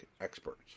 experts